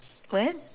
what